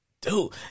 dude